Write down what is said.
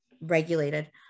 regulated